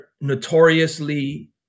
notoriously